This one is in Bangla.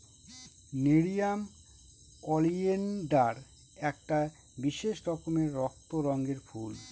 নেরিয়াম ওলিয়েনডার একটা বিশেষ রকমের রক্ত রঙের ফুল